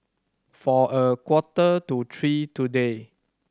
for a quarter to three today